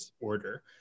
order